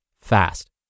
fast